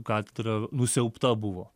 katedra nusiaubta buvo